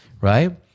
Right